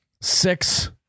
six